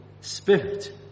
spirit